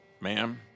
ma'am